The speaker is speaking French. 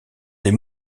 des